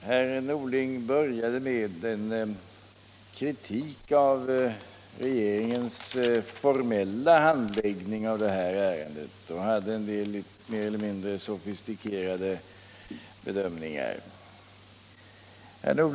Herr Norling började med en kritik av regeringens formella handläggning av detta ärende och hade en del mer eller mindre sofistikerade bedömningar att göra.